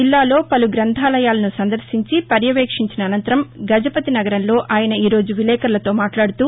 జిల్లాలో పలు గ్రంథాలయాలను సందర్భించి పర్యవేక్షించిన అనంతరం గజపతినగరంలో ఆయన ఈ రోజు విలేఖరులతో మాట్లాదుతూ